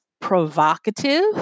provocative